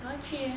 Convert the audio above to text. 我要去 eh